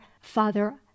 father